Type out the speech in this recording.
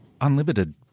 Unlimited